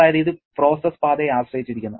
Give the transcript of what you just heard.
അതായത് ഇത് പ്രോസസ്സ് പാതയെ ആശ്രയിച്ചിരിക്കുന്നു